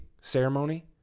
ceremony